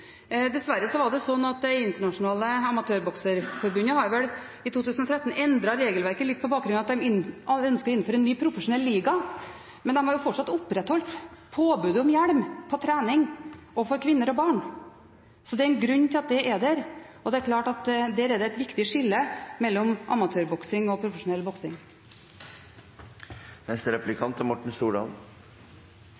Dessverre var det slik at det internasjonale amatørbokseforbundet i 2013 endret litt på regelverket på grunn av at de ønsket å innføre en ny profesjonell liga, men de har fortsatt opprettholdt påbudet om hjelm på trening og for kvinner og barn. Det er en grunn til at det er der, og det er klart at det er et viktig skille mellom amatørboksing og profesjonell boksing.